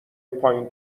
پایین